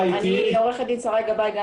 עורכת הדין שריי גבאי.